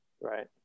Right